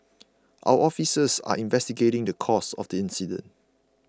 our officers are investigating the cause of the incident